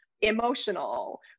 emotional